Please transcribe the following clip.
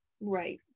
right